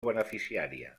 beneficiària